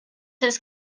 his